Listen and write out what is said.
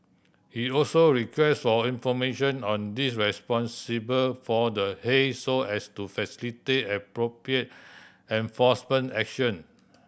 he also requested all information on these responsible for the haze so as to facilitate appropriate enforcement action